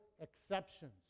exceptions